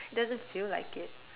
doesn't feel like it